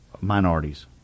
minorities